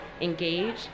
engage